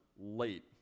late